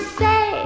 say